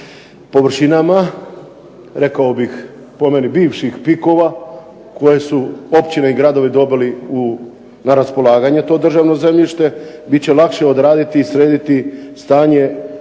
površinama, rekao bih po meni bivših pikova koje su općine i gradovi dobili u na raspolaganje to državno zemljište, bit će lakše odraditi i srediti stanje